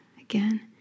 again